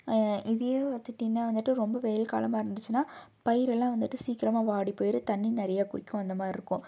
இதையும் எடுத்துக்கிட்டிங்கனால் வந்துட்டு ரொம்ப வெயில் காலமாக இருந்துச்சுனா பயிரெலாம் வந்துட்டு சீக்கிரமாக வாடி போயிடும் தண்ணி நிறைய குடிக்கும் அந்த மாரிருக்கும்